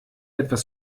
etwas